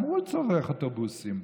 גם הוא צורך אוטובוסים,